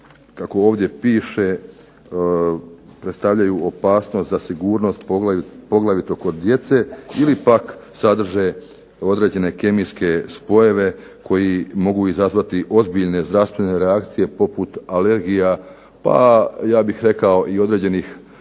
kako ovdje piše predstavljaju opasnost za sigurnost poglavito kod djece ili pak sadrže određene kemijske spojeve koji mogu izazvati ozbiljne zdravstvene reakcije poput alergija, pa ja bih rekao i određenih